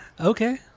Okay